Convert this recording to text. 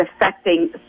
affecting